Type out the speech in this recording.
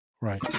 Right